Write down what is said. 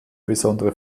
besondere